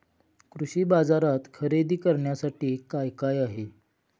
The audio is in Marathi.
कृषी बाजारात खरेदी करण्यासाठी काय काय आहे?